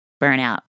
burnout